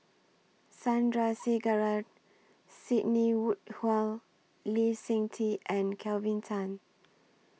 Sandrasegaran Sidney Woodhull Lee Seng Tee and Kelvin Tan